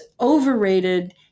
overrated